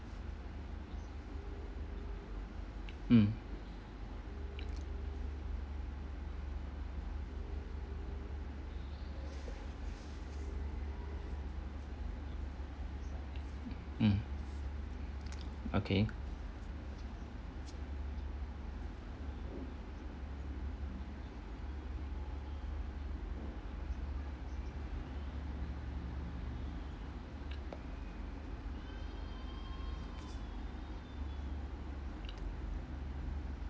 mm mm okay